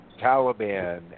Taliban